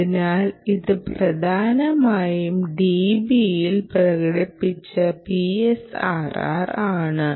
അതിനാൽ ഇത് പ്രധാനമായും dBയിൽ പ്രകടിപ്പിച്ച PSRR ആണ്